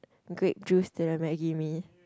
grape juice to the maggi mee